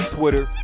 Twitter